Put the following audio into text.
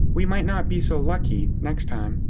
we might not be so lucky next time.